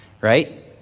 Right